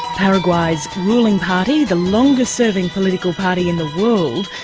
paraguay's ruling party, the longest-serving political party in the world,